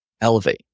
Elevate